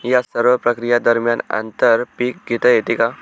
या सर्व प्रक्रिये दरम्यान आंतर पीक घेता येते का?